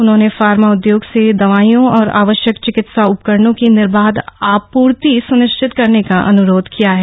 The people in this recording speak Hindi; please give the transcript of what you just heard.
उन्होंने फार्मा उदयोग से दवाइयों और आवश्यक चिकित्सा उपकरणों की निर्बाध आपूर्ति सुनिश्चित करने का अनुरोध किया है